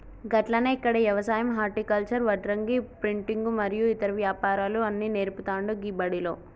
గట్లనే ఇక్కడ యవసాయం హర్టికల్చర్, వడ్రంగి, ప్రింటింగు మరియు ఇతర వ్యాపారాలు అన్ని నేర్పుతాండు గీ బడిలో